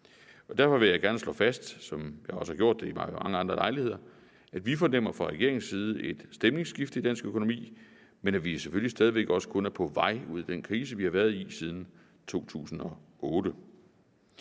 Derfor vil jeg gerne slå fast, som jeg også har gjort det ved mange andre lejligheder, at vi fra regeringens side fornemmer et stemningsskifte i dansk økonomi, men at vi selvfølgelig også stadig væk kun er på vej ud af den krise, vi har været i siden 2008.